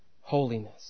holiness